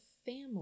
family